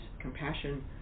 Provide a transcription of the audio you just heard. compassion